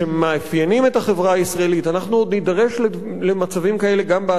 שמאפיינים את החברה הישראלית אנחנו עוד נידרש למצבים כאלה גם בעתיד.